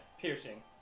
Piercing